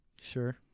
Sure